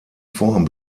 form